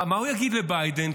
מה הוא יגיד לביידן?